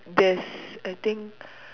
there's I think